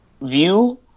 view